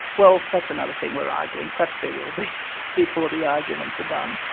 well that's another thing we're arguing. perhaps there will be before the arguments are done.